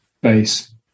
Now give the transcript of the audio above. base